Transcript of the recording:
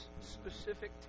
specific